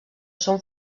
són